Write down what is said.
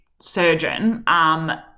surgeon